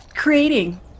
creating